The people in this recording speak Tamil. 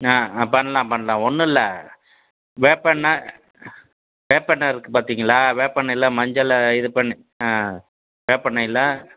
ஆ ஆ பண்ணலாம் பண்ணலாம் ஒன்றுல்ல வேப்ப எண்ணெய் வேப்ப எண்ணெய் இருக்குது பாத்தீங்களா வேப்ப எண்ணெயில் மஞ்சளை இது பண்ணி ஆ வேப்ப எண்ணெயில்